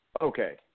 Okay